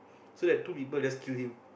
so that two people just kill him